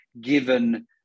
given